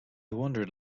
wandered